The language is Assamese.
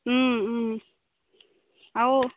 আৰু